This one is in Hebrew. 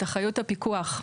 את האחריות לפיקוח.